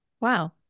Wow